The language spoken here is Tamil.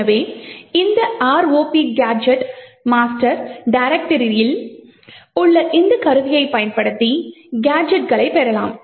எனவே இந்த ROPGadget master டைரெக்டரியில் உள்ள இந்த கருவியைப் பயன்படுத்தி கேஜெட்களைப் பெறலாம்